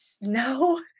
No